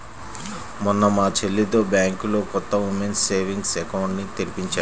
మొన్న మా చెల్లితో బ్యాంకులో కొత్త ఉమెన్స్ సేవింగ్స్ అకౌంట్ ని తెరిపించాను